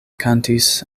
kantis